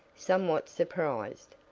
somewhat surprised.